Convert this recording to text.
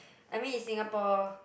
I mean in Singapore